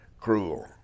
cruel